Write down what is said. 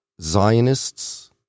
Zionists